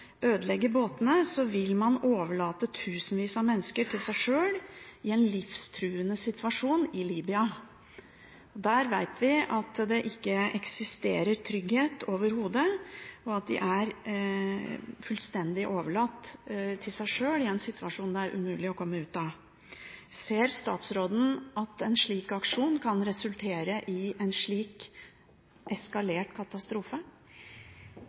ødelegge båter med flyktninger i – det er det ikke grunn til å spørre om. Det som Leger Uten Grenser påpeker overfor oss, er at hvis man ødelegger båtene, vil man overlate tusenvis av mennesker til seg sjøl, i en livstruende situasjon i Libya. Der vet vi at det ikke eksisterer trygghet overhodet, og at de er fullstendig overlatt til seg sjøl i en situasjon det er umulig å komme